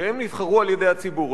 שהם נבחרו על-ידי הציבור,